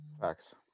Facts